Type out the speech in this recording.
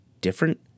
different